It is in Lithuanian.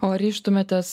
o ryžtumėtės